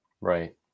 Right